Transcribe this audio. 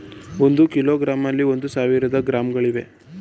ಒಂದು ಕಿಲೋಗ್ರಾಂನಲ್ಲಿ ಒಂದು ಸಾವಿರ ಗ್ರಾಂಗಳಿವೆ